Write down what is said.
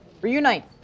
reunite